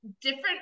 different